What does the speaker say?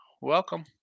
welcome